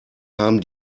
haben